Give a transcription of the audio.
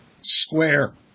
square